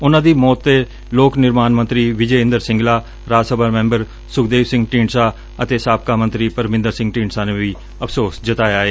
ਉਨਾਂ ਦੀ ਮੌਤ ਤੇ ਲੋਕ ਨਿਰਮਾਣ ਮੰਤਰੀ ਵਿਜੈਇੰਦਰ ਸਿੰਗਲਾ ਰਾਜ ਸਭਾ ਮੈਬਰ ਸੁਖਦੇਵ ਸਿੰਘ ਢੀਡਸਾ ਅਤੇ ਸਾਬਕਾ ਮੰਤਰੀ ਪਰਮੰਦਰ ਸਿੰਘ ਢੀਂਡਸਾ ਨੇ ਵੀ ਅਫਸੋਸ ਜਤਾਇਆ ਏ